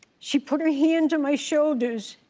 she put her hands on my shoulders,